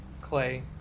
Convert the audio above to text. Clay